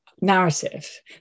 narrative